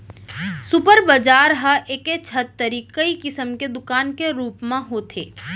super bazaar ह एके छत तरी कई किसम के दुकान के रूप म होथे